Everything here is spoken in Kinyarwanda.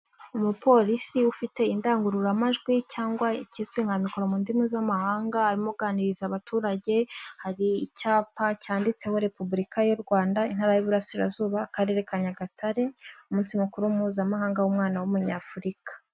Umupolisi ufite indangururamajwi cyangwa ikizwi nka mikoro mu ndimi z'amahanga arimo uganiriza abaturage hari icyapa cyanditseho repubulika y'u Rwanda intara y'Iburasirazuba Akarere ka Nyagatare umunsi mukuru mpuzamahanga w'umwana w'Umunyafurika.